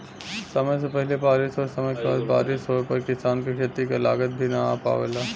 समय से पहिले बारिस और समय के बाद बारिस होवे पर किसान क खेती क लागत भी न आ पावेला